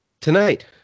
Tonight